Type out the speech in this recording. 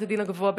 בית-הדין הגבוה,